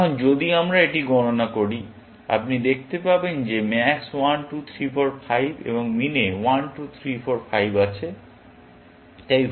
এখন যদি আমরা এটি গণনা করি আপনি দেখতে পাবেন যে ম্যাক্স 1 2 3 4 5 এবং মিনে 1 2 3 4 5 আছে